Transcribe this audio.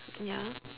ya